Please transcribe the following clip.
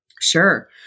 Sure